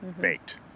baked